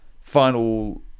final